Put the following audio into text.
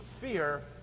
fear